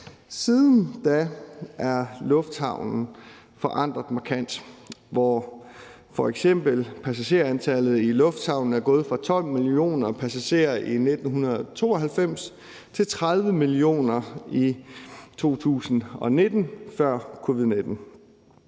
Siden da er lufthavnen forandret markant. F.eks. er passagerantallet i lufthavnen gået fra 12 millioner passagerer i 1992 til 30 millioner i 2019 før covid-19.